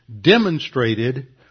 demonstrated